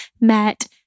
met